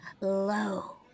low